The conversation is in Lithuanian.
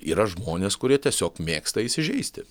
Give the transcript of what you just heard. yra žmonės kurie tiesiog mėgsta įsižeisti